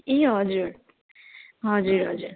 ए हजुर हजुर हजुर